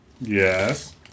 Yes